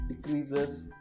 decreases